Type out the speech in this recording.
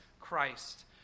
Christ